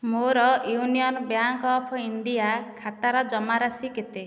ମୋ'ର Union Bank of India ଖାତାର ଜମାରାଶି କେତେ